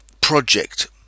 project